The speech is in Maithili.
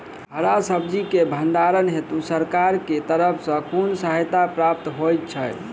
हरा सब्जी केँ भण्डारण हेतु सरकार की तरफ सँ कुन सहायता प्राप्त होइ छै?